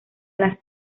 las